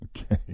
okay